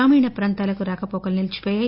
గ్రామీణ ప్రాంతాలకు రాకపోకలు నిలీచిపోయాయి